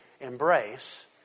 embrace